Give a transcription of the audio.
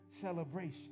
celebration